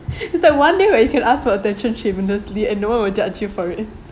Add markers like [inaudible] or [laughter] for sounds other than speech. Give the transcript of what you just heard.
[breath] it's like one day where you can ask for attention shamelessly and no one will judge you for it